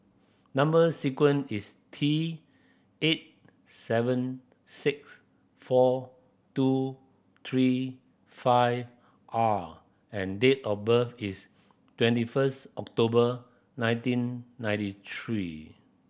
number sequence is T eight seven six four two three five R and date of birth is twenty first October nineteen ninety three